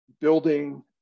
building